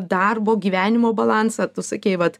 darbo gyvenimo balansą tu sakei vat